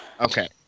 Okay